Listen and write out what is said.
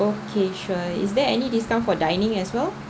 okay sure is there any discount for dining as well